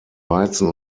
weizen